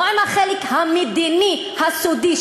לא עם החלק המדיני הסודי,